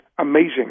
amazing